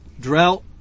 Drought